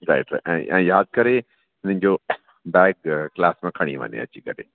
right ऐं ऐं यादि करे हुननि जो बैग क्लास में खणी वञे अची करे